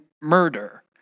murder